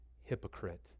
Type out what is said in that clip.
hypocrite